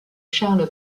charles